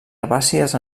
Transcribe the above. herbàcies